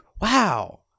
wow